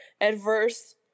adverse